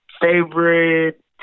Favorite